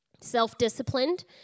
self-disciplined